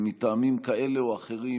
מטעמים כאלה או אחרים,